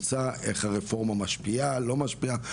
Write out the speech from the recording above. נמצא איך הרפורמה משפיע או לא משפיעה.